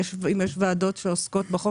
אם יש ועדות שעוסקות בחוק.